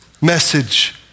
message